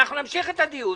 אנחנו נמשיך את הדיון.